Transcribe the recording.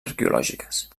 arqueològiques